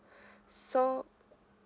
so